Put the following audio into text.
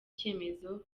icyemezo